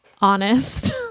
honest